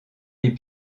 les